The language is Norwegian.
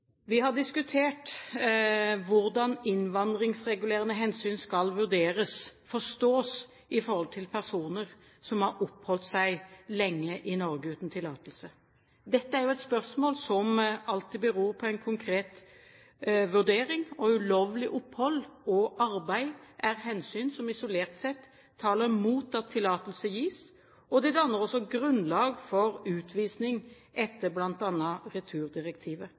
Vi har diskutert hvordan innvandringsregulerende hensyn skal vurderes, skal forstås, i forhold til personer som har oppholdt seg lenge i Norge uten tillatelse. Dette er jo et spørsmål som alltid beror på en konkret vurdering, og ulovlig opphold og arbeid er hensyn som isolert sett taler imot at tillatelse gis, og det danner også grunnlag for utvisning etter bl.a. returdirektivet.